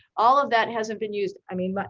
all of that hasn't been used. i mean, but